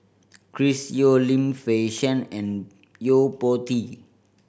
Chris Yeo Lim Fei Shen and Yo Po Tee